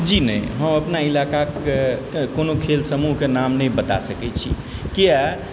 जी नहि हम अपन इलाकाके कोनो खेलसमूहक नाम नहि बता सकै छी किआ